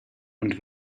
und